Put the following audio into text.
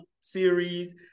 series